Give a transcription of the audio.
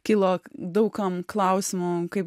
kilo daug kam klausimų kaip